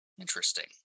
Interesting